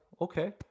okay